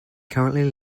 currently